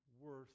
worth